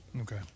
Okay